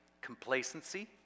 complacency